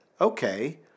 okay